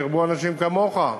שירבו אנשים כמוך,